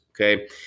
okay